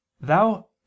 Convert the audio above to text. thou